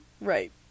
Right